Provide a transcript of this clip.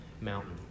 mountain